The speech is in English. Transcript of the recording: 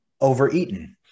overeaten